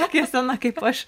tokia sena kaip aš